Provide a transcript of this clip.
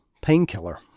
painkiller